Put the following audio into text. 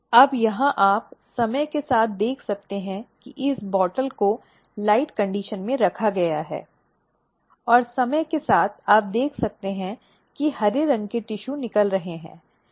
अब यहाँ आप समय के साथ देख सकते हैं कि इस बोतल को लाइट कंडीशन में रखा गया है और समय के साथ आप देख सकते हैं कि हरे रंग के टिशू निकल रहे हैं